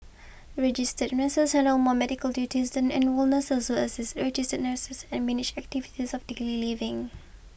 registered nurses handle more medical duties than enrolled nurses assist registered nurses and manage activities of daily living